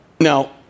Now